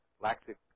lactic